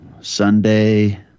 Sunday